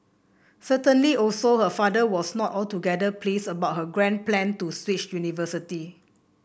certainly also her father was not altogether pleased about her grand plan to switch universities